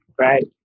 Right